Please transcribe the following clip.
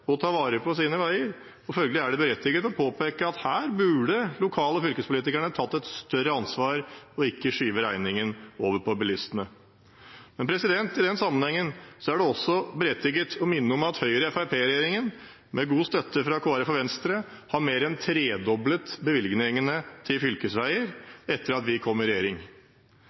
ta vare på sine veier, og følgelig er det berettiget å påpeke at her burde lokal- og fylkespolitikerne tatt et større ansvar og ikke skjøvet regningen over på bilistene. I den sammenhengen er det også berettiget å minne om at Høyre–Fremskrittsparti-regjeringen, med god støtte fra Kristelig Folkeparti og Venstre, har mer enn tredoblet bevilgningene til fylkesveier etter at vi kom i regjering.